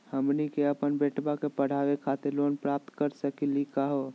हमनी के अपन बेटवा क पढावे खातिर लोन प्राप्त कर सकली का हो?